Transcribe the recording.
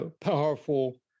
powerful